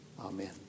Amen